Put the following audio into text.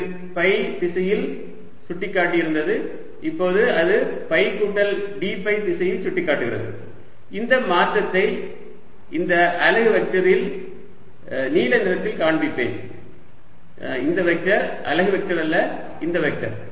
இது ஃபை திசையில் சுட்டிக்காட்டி இருந்தது இப்போது அது ஃபை கூட்டல் d ஃபை திசையில் சுட்டிக்காட்டுகிறது இந்த மாற்றத்தை இந்த அலகு வெக்டரில் நீல நிறத்தில் காண்பிப்பேன் இந்த வெக்டர் அலகு வெக்டர் அல்ல இந்த வெக்டர்